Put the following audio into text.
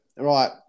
Right